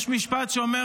יש משפט שאומר: